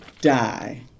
die